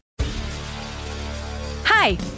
Hi